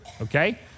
okay